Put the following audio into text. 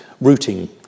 routing